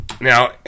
Now